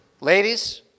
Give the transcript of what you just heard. Ladies